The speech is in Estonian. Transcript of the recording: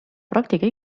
praktika